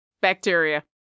Bacteria